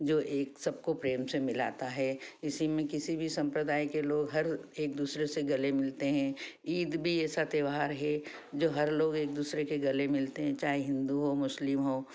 जो एक सबको प्रेम से मिलाता है इसी में किसी भी संप्रदाय के लोग हर एक दूसरे से गले मिलते हैं ईद भी ऐसा त्योहार है जो हर लोग एक दूसरे के गले मिलते हैं चाहे हिंदू हो मुस्लिम हो